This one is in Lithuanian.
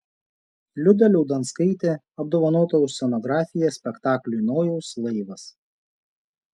liuda liaudanskaitė apdovanota už scenografiją spektakliui nojaus laivas